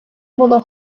було